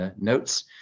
notes